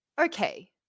okay